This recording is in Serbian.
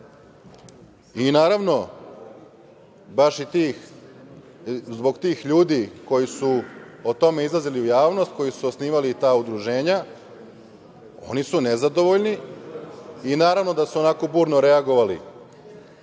baš zbog tih ljudi koji su o tome izlazili u javnost, koji su osnivali ta udruženja, oni su nezadovoljni i naravno da su onako burno reagovali